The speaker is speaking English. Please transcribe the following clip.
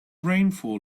rainfall